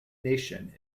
nation